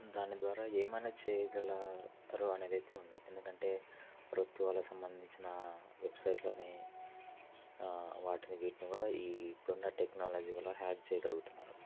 దాని ద్వారా ఏమైనా చేయగలరు అనేదయితే ఉంది ఎందుకంటే ప్రభుత్వాలకు సంబంధించిన వెబ్సైట్లని వాటిని వీటిని కూడా ఈ ఇప్పుడున్న టెక్నాలజీ వల్ల హ్యాక్ చేయగలుగుతున్నారు